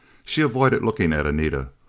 she avoided looking at anita,